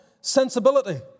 sensibility